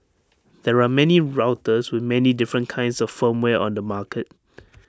there are many routers with many different kinds of firmware on the market